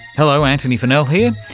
hello, antony funnell here,